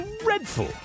dreadful